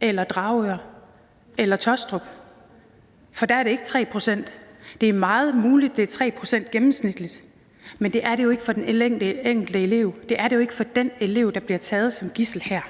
eller Dragør eller Taastrup, for der er det ikke 3 pct. Det er meget muligt, at det er 3 pct. gennemsnitligt, men det er det jo ikke for den enkelte elev; det er det ikke for den elev, der bliver taget som gidsel her.